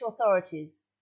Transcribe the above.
authorities